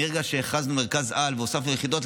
מרגע שהכרזנו על מרכז-על והוספנו יחידות,